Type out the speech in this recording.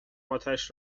اتش